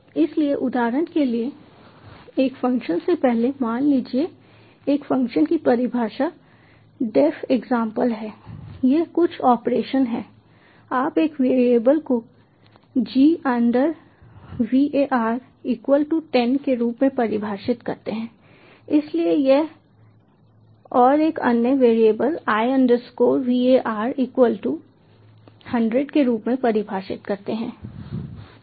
इसलिए उदाहरण के लिए एक फ़ंक्शन से पहले मान लीजिए एक फ़ंक्शन की परिभाषा डेफ एग्जांपल है ये कुछ ऑपरेशन हैं आप एक वेरिएबल को g var 10 के रूप में परिभाषित करते हैं इसलिए यह और एक अन्य वेरिएबल i var 100 के रूप में परिभाषित करते हैं